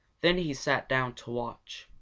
then he sat down to watch.